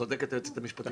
צודקת היועצת המשפטית.